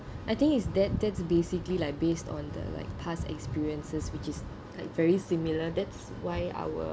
I think is that that's basically like based on the like past experiences which is like very similar that's why our